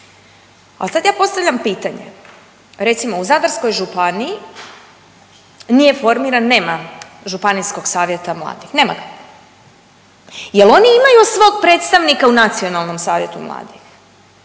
Ali sad ja postavljam pitanje. Recimo u Zadarskoj županiji nije formiran, nema Županijskog savjeta mladih. Nema. Jel' oni imaju svog predstavnika u Nacionalnom savjetu mladih?